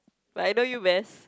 but I know you best